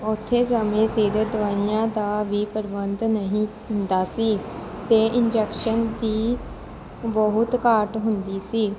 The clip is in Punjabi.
ਉੱਥੇ ਸਮੇਂ ਸਿਰ ਦਵਾਈਆਂ ਦਾ ਵੀ ਪ੍ਰਬੰਧ ਨਹੀਂ ਹੁੰਦਾ ਸੀ ਅਤੇ ਇੰਜੈਕਸ਼ਨ ਦੀ ਬਹੁਤ ਘਾਟ ਹੁੰਦੀ ਸੀ